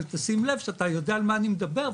אבל תשים לב שאתה יודע על מה אני מדבר,